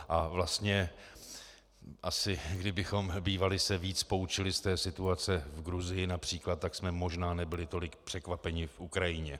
A vlastně asi kdybychom se bývali víc poučili z té situace v Gruzii například, tak jsme možná nebyli tolik překvapení v Ukrajině.